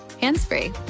hands-free